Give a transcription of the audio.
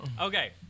Okay